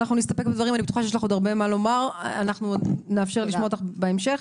עוד נאפשר לשמוע אותך בהמשך.